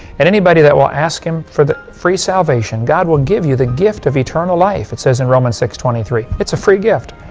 and anybody that will ask him for free salvation, god will give you the gift of eternal life it says in romans six twenty three. it's a free gift.